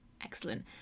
excellent